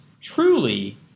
truly